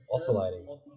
Oscillating